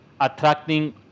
attracting